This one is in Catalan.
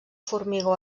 formigó